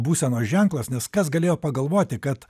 būsenos ženklas nes kas galėjo pagalvoti kad